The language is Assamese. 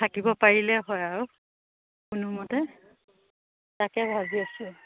থাকিব পাৰিলে হয় আৰু কোনোমতে তাকে ভাবি আছো